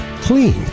clean